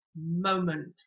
moment